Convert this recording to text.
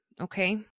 okay